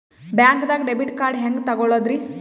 ಬ್ಯಾಂಕ್ದಾಗ debit card ಹೆಂಗ್ ತಗೊಳದ್ರಿ?